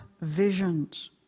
visions